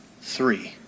three